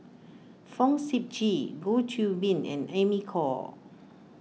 Fong Sip Chee Goh Qiu Bin and Amy Khor